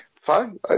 fine